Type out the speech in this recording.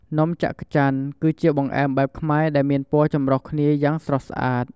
នំច័ក្កច័ន គឺជាបង្អែមបែបខ្មែរដែលមានពណ៌ចម្រុះគ្នាយ៉ាងស្រស់ស្អាត។